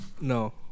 No